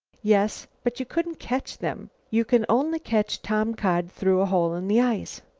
yes, but you couldn't catch them. you can only catch tomcod through a hole in the ice.